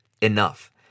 enough